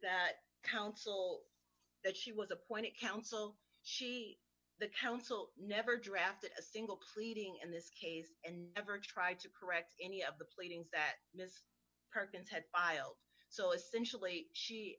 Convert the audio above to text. that counsel that she was appointed counsel she the counsel never drafted a single creating in this case and never tried to correct any of the pleadings that mrs perkins had filed so essentially she